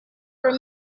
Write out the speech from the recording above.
were